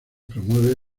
promueve